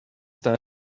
time